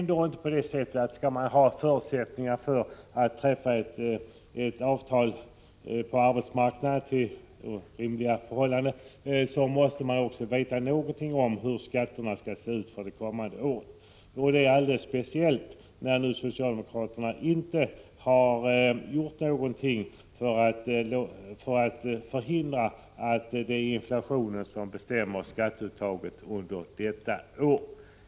Är det inte på det sättet att om det skall finnas förutsättningar för att träffa ett avtal på arbetsmarknaden som ligger på rimlig nivå måste man också veta någonting om hur skatterna skall se ut det kommande året? Det gäller alldeles speciellt när socialdemokraterna nu inte har gjort någonting för att förhindra att det är inflationen som bestämmer skatteuttaget under detta år.